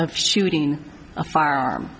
of shooting a farm